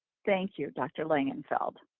thank you, dr. langenfeld,